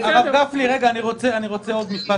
הרב גפני, אני רוצה להוסיף עוד משפט.